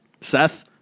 Seth